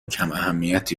کماهمیتی